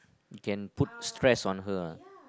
you can put stress on her ah